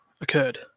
occurred